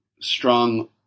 strong